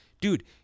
Dude